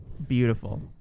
beautiful